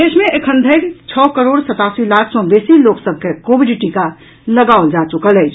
देश मे एखन धरि छओ करोड़ सतासी लाख सँ बेसी लोक सभ के कोविड टीका लगाओल जा चुकल अछि